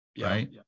Right